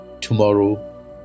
Tomorrow